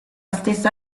stessa